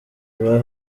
ibahe